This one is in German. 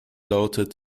lautet